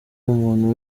umuntu